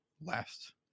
last